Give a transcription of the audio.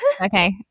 Okay